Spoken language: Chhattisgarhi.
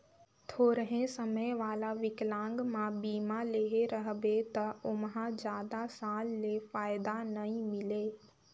थोरहें समय वाला विकलांगमा बीमा लेहे रहबे त ओमहा जादा साल ले फायदा नई मिले